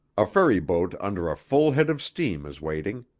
a ferry boat under a full head of steam is waiting.